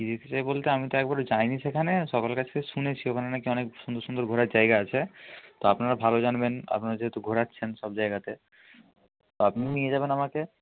কী দেখতে চাই বলতে আমি তো একবারও যাইনি সেখানে সকলের কাছ থেকে শুনেছি ওখানে নাকি অনেক সুন্দর সুন্দর ঘোরার জায়গা আছে তো আপনারা ভালো জানবেন আপনারা যেহেতু ঘোরাচ্ছেন সব জায়গাতে তো আপনি নিয়ে যাবেন আমাকে